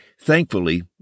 Thankfully